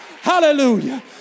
hallelujah